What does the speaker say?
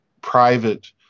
private